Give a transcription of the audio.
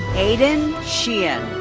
aidan sheehan.